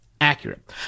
accurate